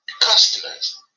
customers